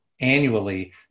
annually